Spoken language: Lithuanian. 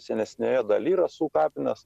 senesnėje daly rasų kapinės